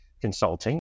Consulting